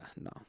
no